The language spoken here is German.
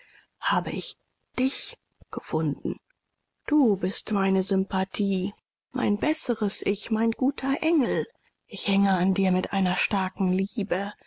habe ich dich gefunden du bist meine sympathie mein besseres ich mein guter engel ich hänge an dir mit einer starken liebe